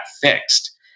fixed